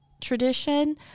tradition